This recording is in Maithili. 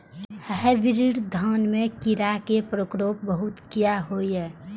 हाईब्रीड धान में कीरा के प्रकोप बहुत किया होया?